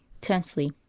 tensely